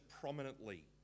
prominently